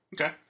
Okay